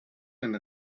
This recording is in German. eine